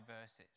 verses